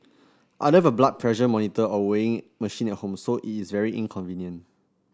I don't have a blood pressure monitor or weighing machine at home so it is very in convenient